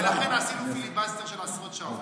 ולכן עשינו פיליבסטר של עשרות שעות.